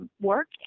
work